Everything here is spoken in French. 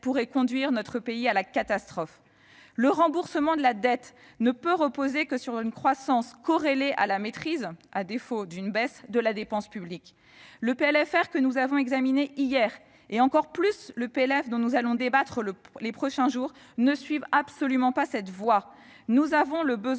pourrait conduire notre pays à la catastrophe. Le remboursement de la dette ne peut reposer que sur une croissance corrélée à la maîtrise, à défaut d'une baisse, de la dépense publique. Le PLFR que nous avons examiné hier et, plus encore, le PLF dont nous allons débattre au cours des prochains jours ne suivent absolument pas cette voie. Il nous incombe